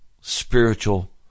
spiritual